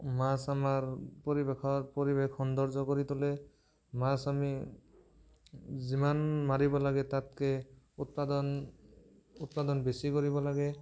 মাছ আমাৰ পৰিৱেশৰ পৰিৱেশ সৌন্দৰ্য কৰি তোলে মাছ আমি যিমান মাৰিব লাগে তাতকৈ উৎপাদন উৎপাদন বেছি কৰিব লাগে